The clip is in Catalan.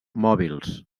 mòbils